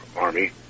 army